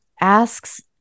asks